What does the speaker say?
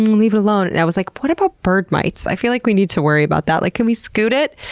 leave it alone. and i was like, what about bird mites? i feel like we need to worry about that. like, can we scoot it?